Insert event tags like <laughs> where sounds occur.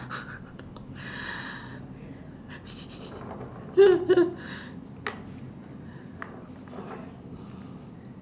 <laughs>